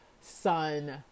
son